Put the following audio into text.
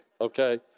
okay